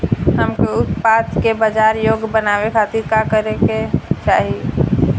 हमके उत्पाद के बाजार योग्य बनावे खातिर का करे के चाहीं?